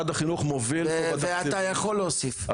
ואתה יכול להוסיף,